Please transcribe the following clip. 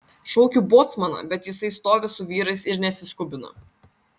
šaukiu bocmaną bet jisai stovi su vyrais ir nesiskubina